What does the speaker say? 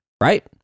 right